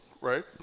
right